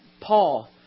Paul